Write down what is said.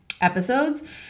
episodes